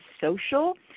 social